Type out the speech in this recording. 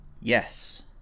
Yes